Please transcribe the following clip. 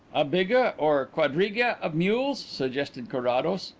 a biga or quadriga of mules? suggested carrados.